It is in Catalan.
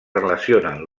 relacionen